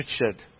Richard